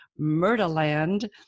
Murderland